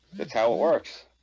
that's how it works.